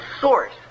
source